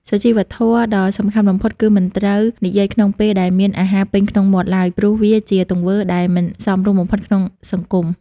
សុជីវធម៌ដ៏សំខាន់បំផុតគឺមិនត្រូវនិយាយក្នុងពេលដែលមានអាហារពេញក្នុងមាត់ឡើយ ព្រោះវាជាទង្វើដែលមិនសមរម្យបំផុតក្នុងសង្គម។